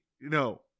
No